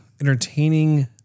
entertaining